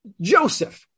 Joseph